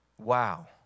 Wow